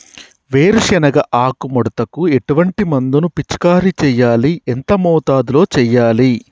వేరుశెనగ ఆకు ముడతకు ఎటువంటి మందును పిచికారీ చెయ్యాలి? ఎంత మోతాదులో చెయ్యాలి?